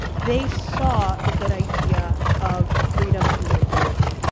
they saw the good idea of freedom and mobility,